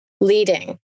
leading